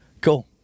Cool